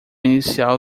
inicial